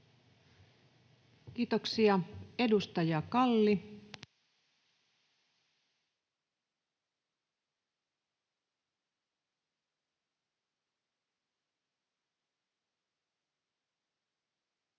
Kiitoksia. — Edustaja Kalli. [Speech